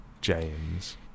James